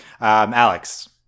Alex